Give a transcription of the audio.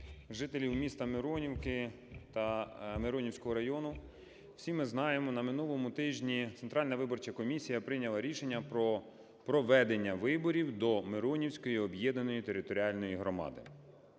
жителів міста Миронівки та Миронівського району. Всі ми знаємо, на минулому тижні Центральна виборча комісія прийняла рішення про проведення виборів доМиронівської об'єднаної територіальної громади.